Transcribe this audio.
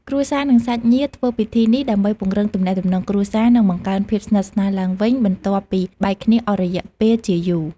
គ្រួសារ និងសាច់ញាតិធ្វើពិធីនេះដើម្បីពង្រឹងទំនាក់ទំនងគ្រួសារ និងបង្កើនភាពស្និទ្ធស្នាលឡើងវិញ បន្ទាប់ពីបែកគ្នាអស់រយៈពេលជាយូរ។